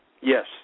Yes